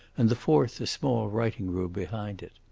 and the fourth a small writing-room behind it.